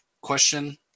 question